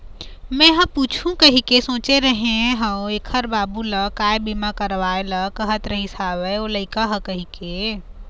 मेंहा पूछहूँ कहिके सोचे रेहे हव ऐखर बाबू ल काय बीमा करवाय ल कहत रिहिस हवय ओ लइका ह कहिके